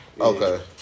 Okay